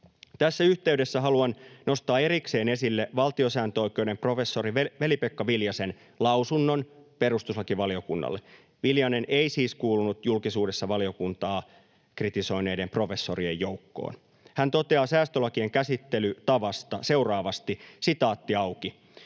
Tässä yhteydessä haluan nostaa erikseen esille valtiosääntöoikeuden professori Veli-Pekka Viljasen lausunnon perustuslakivaliokunnalle. Viljanen ei siis kuulunut julkisuudessa valiokuntaa kritisoineiden professorien joukkoon. Hän toteaa säästölakien käsittelytavasta seuraavasti: ”Valiokunta